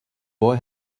boy